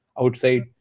outside